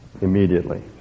immediately